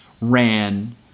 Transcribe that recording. ran